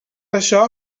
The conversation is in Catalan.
això